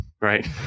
right